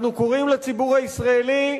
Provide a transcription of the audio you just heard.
אנחנו קוראים לציבור הישראלי,